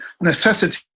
necessity